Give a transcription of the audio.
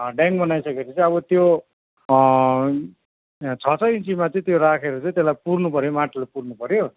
ड्याङ बनाइ सके पछि चाहिँ अब त्यो यहाँ छ छ इन्चिमा चाहिँ त्यो राखेर चाहिँ त्यसलाई पुर्नुपऱ्यो माटोले पुर्नुपऱ्यो